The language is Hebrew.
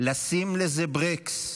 לשים לזה ברקס,